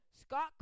Scott